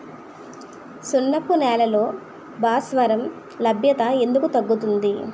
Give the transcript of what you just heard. సున్నపు నేలల్లో భాస్వరం లభ్యత ఎందుకు తగ్గుతుంది?